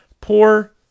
poor